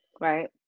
Right